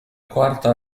quarta